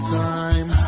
time